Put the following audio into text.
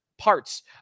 parts